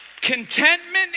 Contentment